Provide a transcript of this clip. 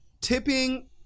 Tipping